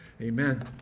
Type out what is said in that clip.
Amen